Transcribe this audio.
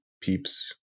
peeps